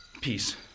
Peace